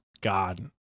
God